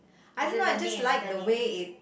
as in the name the name